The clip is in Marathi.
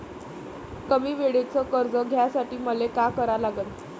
कमी वेळेचं कर्ज घ्यासाठी मले का करा लागन?